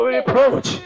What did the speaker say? approach